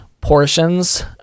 portions